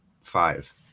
five